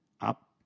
up